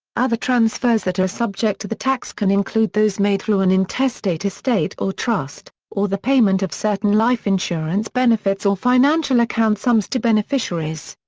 other transfers that are subject to the tax can include those made through an intestate estate or trust, or the payment of certain life insurance benefits or financial account sums to beneficiaries.